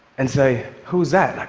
and say, who's that? like